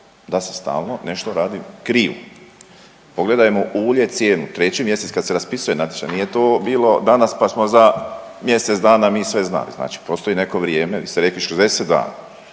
da se stalno nešto radi krivo. Pogledajmo ulje cijenu, treći mjesec kad se raspisuje natječaj, nije to bilo danas, pa smo za mjesec dana mi sve znali, znači postoji neko vrijeme, vi ste rekli 60 dana,